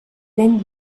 vent